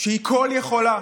שהיא כול-יכולה,